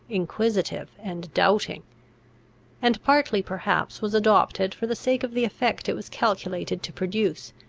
inquisitive, and doubting and partly perhaps was adopted for the sake of the effect it was calculated to produce,